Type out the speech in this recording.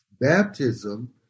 baptism